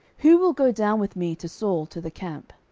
who will go down with me to saul to the camp?